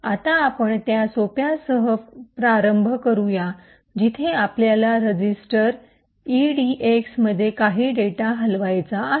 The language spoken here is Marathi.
आता आपण त्या सोप्या सह प्रारंभ करूया जिथे आपल्याला रजिस्टर इडीएक्स मध्ये काही डेटा हलवायचा आहे